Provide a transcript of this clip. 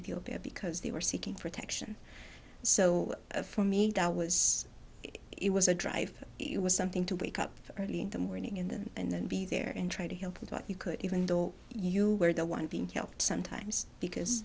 ethiopia because they were seeking protection so for me that was it was a drive it was something to wake up early in the morning and then and be there and try to help with what you could even though you were the one being helped sometimes because